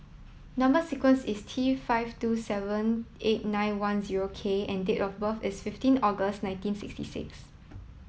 number sequence is T five two seven eight nine one zero K and date of birth is fifteen August nineteen sixty six